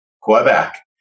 Quebec